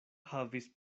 havis